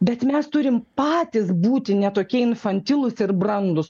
bet mes turim patys būti ne tokie infantilūs ir brandūs